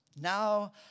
Now